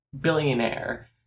billionaire